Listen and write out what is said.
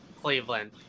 Cleveland